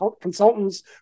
consultants